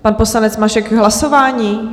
Pan poslanec Mašek k hlasování?